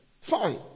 Fine